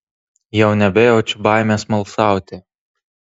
jau nebejaučiau baimės smalsauti